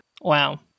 Wow